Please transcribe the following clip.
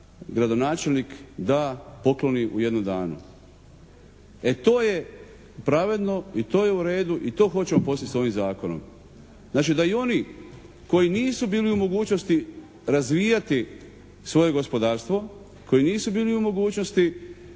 kuna gradonačelnik da, pokloni u jednom danu. E to je pravedno i to je u redu i to hoćemo postići s ovim Zakonom. Znači da i oni koji nisu bili u mogućnosti razvijati svoje gospodarstvo, koji nisu bili u mogućnosti